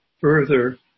further